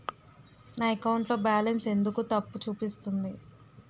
నా అకౌంట్ లో బాలన్స్ ఎందుకు తప్పు చూపిస్తుంది?